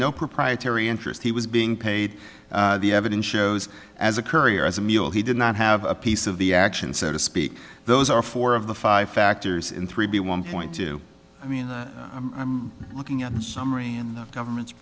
no proprietary interest he was being paid the evidence shows as a courier as a mule he did not have a piece of the action so to speak those are four of the five factors in three b one point two i mean i'm looking at the summary and the government